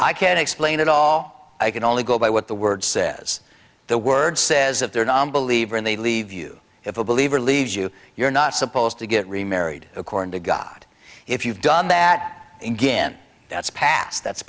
i can explain it all i can only go by what the word says the word says if there nonbeliever and they leave you if a believer leaves you you're not supposed to get remarried according to god if you've done that again that's past that's